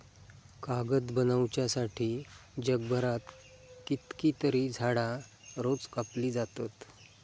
कागद बनवच्यासाठी जगभरात कितकीतरी झाडां रोज कापली जातत